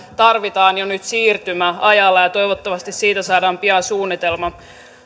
tarvitaan jo nyt siirtymäajalla ja toivottavasti siitä saadaan pian suunnitelma